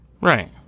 Right